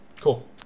cool